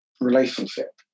relationship